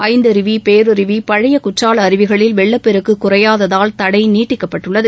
ஐந்தருவி பேரருவி பழைய குற்றால அருவிகளில் வெள்ளப் பெருக்கு குறையாததால் தடை நீட்டிக்கப்பட்டுள்ளது